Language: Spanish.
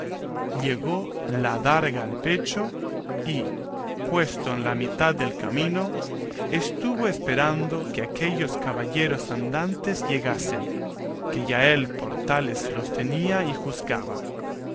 llegó la adarga al pecho y puesto en la mitad del camino estuvo esperando que aquellos caballeros andantes llegasen que ya él por tales los tenía y juzgaba